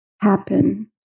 happen